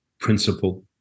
principle